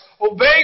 obey